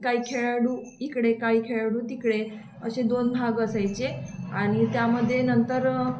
काही खेळाडू इकडे काही खेळाडू तिकडे असे दोन भाग असायचे आणि त्यामध्ये नंतर